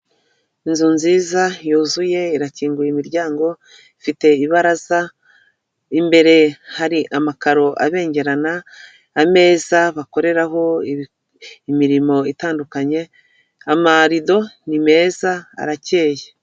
Inzu nziza yuzuye irakinguye imiryango ifite ibaraza imbere hari amakaro abengerana ameza bakoreraho imirimo itandukanye amarido ni meza arakeye.